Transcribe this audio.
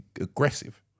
aggressive